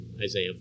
Isaiah